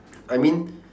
I mean